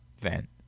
vent